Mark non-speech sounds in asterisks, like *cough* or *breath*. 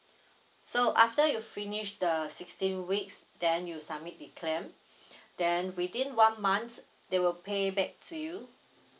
so after you finish the sixteen weeks then you submit the clam *breath* then within one month they will pay back to you